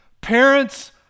Parents